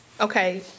Okay